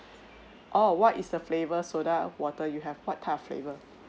orh what is the flavour soda water you have what type of flavour